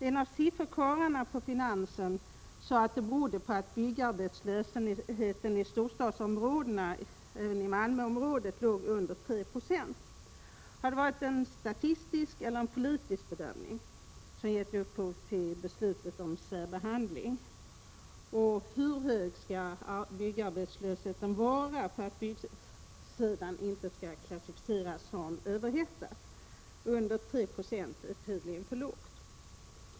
En av sifferkarlarna på finansen sade att detta berodde på att byggarbetslösheten i storstadsområdena, och då även i Malmöområdet, låg under 3 96. Är det en statistisk eller en politisk bedömning som har gett upphov till beslutet om särbehandlingen? Hur hög skall byggarbetslösheten vara för att byggsidan inte skall klassificeras som överhettad? Under 3 96 är tydligen för lågt.